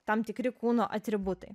tam tikri kūno atributai